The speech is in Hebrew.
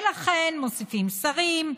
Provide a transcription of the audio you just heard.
ולכן מוסיפים שרים,